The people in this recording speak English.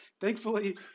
Thankfully